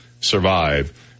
survive